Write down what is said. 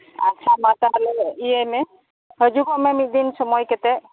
ᱟᱪᱪᱷᱟ ᱢᱟ ᱛᱟᱦᱚᱞᱮ ᱤᱭᱟᱹᱭ ᱢᱮ ᱦᱟᱡᱩᱜᱚᱜ ᱢᱮ ᱢᱤᱫ ᱫᱤᱱ ᱥᱚᱢᱚᱭ ᱠᱟᱛᱮ